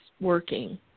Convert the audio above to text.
working